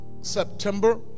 September